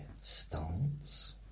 stance